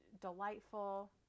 delightful